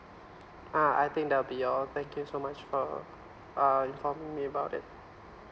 ah I think that'll be all thank you so much for uh informing me about it